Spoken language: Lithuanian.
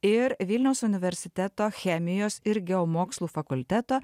ir vilniaus universiteto chemijos ir geomokslų fakulteto